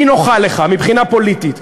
היא נוחה לך מבחינה פוליטית.